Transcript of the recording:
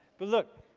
but look,